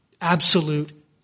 absolute